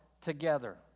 together